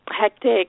hectic